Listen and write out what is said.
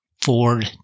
Ford